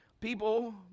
people